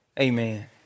Amen